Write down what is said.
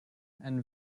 and